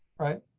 right.